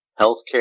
healthcare